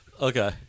Okay